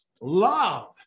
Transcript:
Love